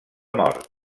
mort